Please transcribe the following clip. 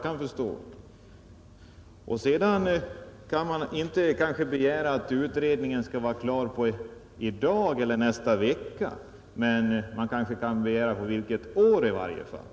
Man kan kanske inte begära att utredningen skall vara klar i dag eller nästa vecka, men man kanske kan begära att få veta vilket år i varje fall.